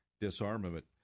disarmament